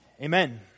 Amen